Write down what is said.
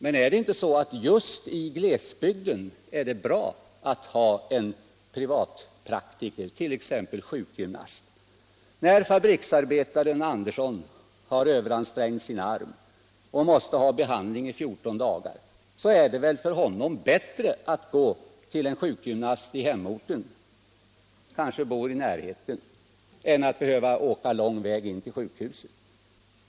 Men är det inte just i glesbygden bra att ha en privatpraktiker, t.ex. en sjukgymnast? När fabriksarbetaren Andersson har överansträngt sin arm och måste ha behandling i 14 dagar, så är det väl för honom bättre att gå till en sjukgymnast i hemorten, en som kanske bor i närheten, än att behöva åka lång väg in till sjukhuset.